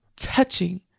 Touching